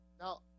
Now